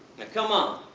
come on,